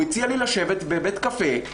הוא הציע לי לשבת בבית קפה,